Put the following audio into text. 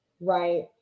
right